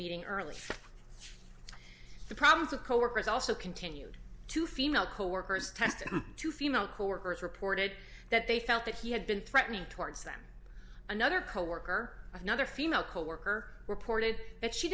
meeting early problems of coworkers also continued to female coworkers tested two female coworkers reported that they felt that he had been threatening towards them another coworker another female coworker reported that she